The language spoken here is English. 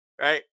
right